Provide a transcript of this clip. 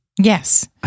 Yes